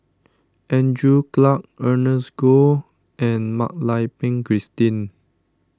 Andrew Clarke Ernest Goh and Mak Lai Peng Christine